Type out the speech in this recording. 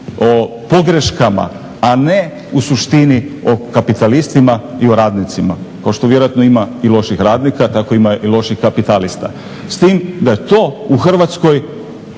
o pogreškama, a ne u suštini o kapitalistima i o radnicima. Kao što vjerojatno ima i loših radnika tako ima i loših kapitalista. S tim da je to u Hrvatskoj